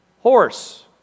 horse